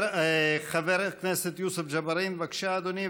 חבר הכנסת יוסף ג'בארין, בבקשה, אדוני.